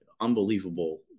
unbelievable